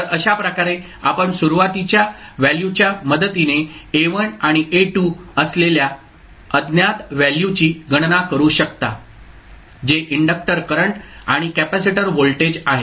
तर अशा प्रकारे आपण सुरुवातीच्या व्हॅल्यूच्या मदतीने A1 आणि A2 असलेल्या अज्ञात व्हॅल्यूची गणना करू शकता जे इंडक्टर करंट आणि कॅपेसिटर व्होल्टेज आहेत